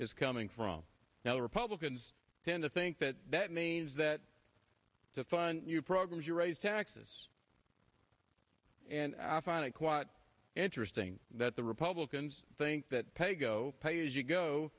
is coming from now the republicans tend to think that that means that to fund your programs you raise taxes and i find it quite interesting that the republicans think that pay go pay as you go